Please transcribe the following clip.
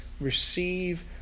Receive